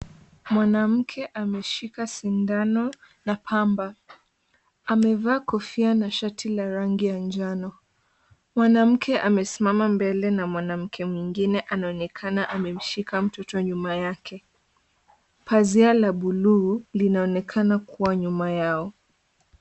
Mwanamke ameshika sindano na pamba, amevaa kofia na shati la rangi ya njano, mwanamke amesimama mbele na mwanamke mwingine anaonekana amemshika mtoto nyuma yake, pazia la bluu linaonekana kwa nyuma yao.